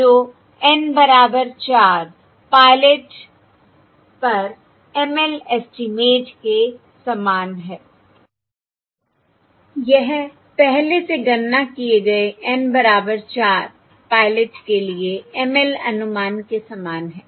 जो N बराबर 4 pilot परML एस्टीमेट के समान है I यह पहले से गणना किए गए N बराबर 4 पायलट के लिए M Lअनुमान के समान है